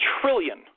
trillion